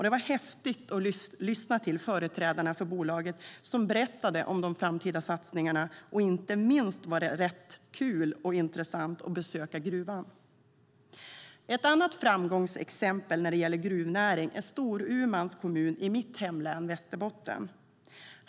Det var häftigt att lyssna till företrädarna för bolaget som berättade om de framtida satsningarna. Inte minst var det rätt kul och intressant att besöka gruvan. Ett annat framgångsexempel när det gäller gruvnäring är Storumans kommun i mitt hemlän Västerbotten.